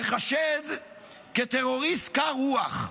ייחשד כטרוריסט קר רוח,